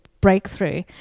breakthrough